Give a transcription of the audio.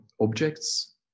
objects